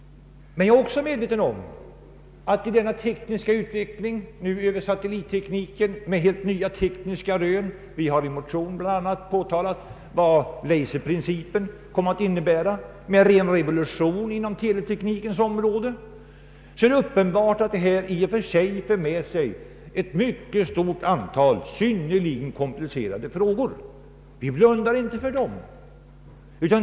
Men jag är också medveten om att denna tekniska utveckling med satellittekniken och med helt nya tekniska rön — vi har i en motion bl.a. påpekat att laserprincipen kommer att innebära en revolution på TV-teknikens område — för med sig ett mycket stort antal synnerligen komplicerade frågor. Vi blundar inte för dem.